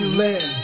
let